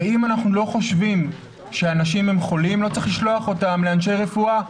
אם אנחנו לא חושבים שאנשים הם חולים לא צריך לשלוח אותם לאנשי רפואה.